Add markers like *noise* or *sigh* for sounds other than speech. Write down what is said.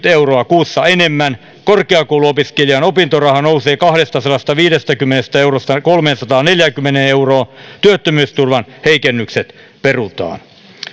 *unintelligible* euroa kuussa enemmän korkeakouluopiskelijan opintoraha nousee kahdestasadastaviidestäkymmenestä eurosta kolmeensataanneljäänkymmeneen euroon työttömyysturvan heikennykset perutaan